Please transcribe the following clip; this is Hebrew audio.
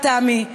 תמי,